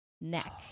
neck